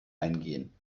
eingehen